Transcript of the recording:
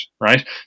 right